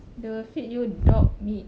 they will feed you dog meat